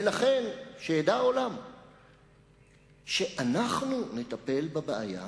ולכן שידע העולם שאנחנו נטפל בבעיה